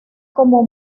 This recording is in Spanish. como